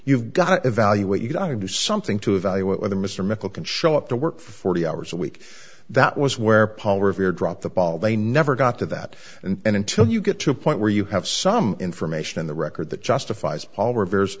you've got evaluate you gotta do something to evaluate whether mr mickel can show up to work forty hours a week that was where paul revere dropped the ball they never got to that and until you get to a point where you have some information in the record that justifies paul rever